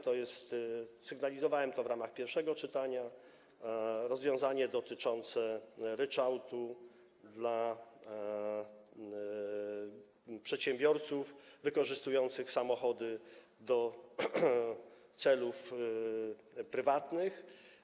To jest - sygnalizowałem to w ramach pierwszego czytania - rozwiązanie dotyczące ryczałtu dla przedsiębiorców wykorzystujących samochody do celów prywatnych.